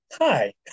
Hi